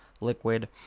Liquid